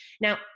Now